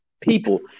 people